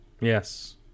Yes